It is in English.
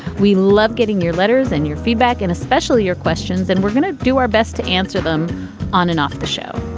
we love getting your letters and your feedback and especially your questions and we're going to do our best to answer them on and off the show.